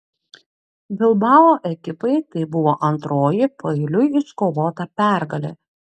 bilbao ekipai tai buvo antroji paeiliui iškovota pergalė